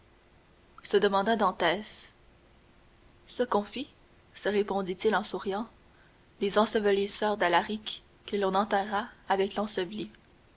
se demanda dantès ce qu'on fit se répondit-il en souriant des ensevelisseurs d'alaric que l'on enterra avec